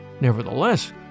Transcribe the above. Nevertheless